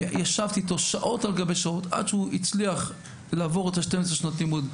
וישבתי איתו שעות על גבי שעות עד שהוא הצליח לסיים 12 שנות לימוד.